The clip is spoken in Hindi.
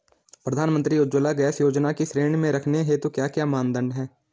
प्रधानमंत्री उज्जवला गैस योजना की श्रेणी में रखने हेतु क्या क्या मानदंड है?